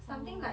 oh